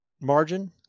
margin